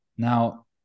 now